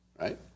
Right